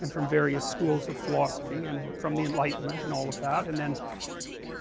and from various schools of philosophy and from the enlightenment and all that, and then